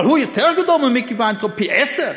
אבל הוא יותר גדול ממיקי ויינטרוב פי עשרה,